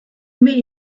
mere